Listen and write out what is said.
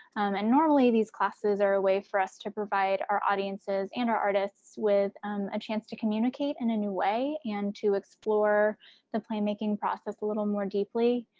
and normally these classes are a way for us to provide our audiences and our artists with um a chance to communicate in a new way and to explore the playmaking process a little more deeply.